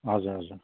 हजुर हजुर